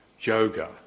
yoga